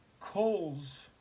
coals